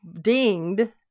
dinged